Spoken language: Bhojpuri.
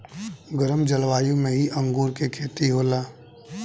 गरम जलवायु में ही अंगूर के खेती होला